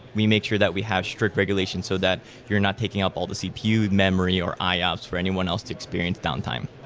we make sure that we have strict regulations so that you're not taking up all the cpu memory or eye outs for anyone else to experience downtime.